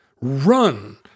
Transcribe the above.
run